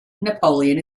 napoleon